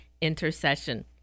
Intercession